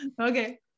Okay